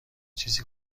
چیزی